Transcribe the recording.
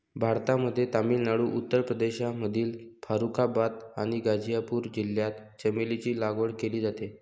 भारतामध्ये तामिळनाडू, उत्तर प्रदेशमधील फारुखाबाद आणि गाझीपूर जिल्ह्यात चमेलीची लागवड केली जाते